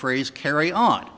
phrase carry on